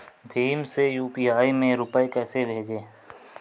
भीम से यू.पी.आई में रूपए कैसे भेजें?